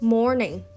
Morning